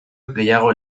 gehiago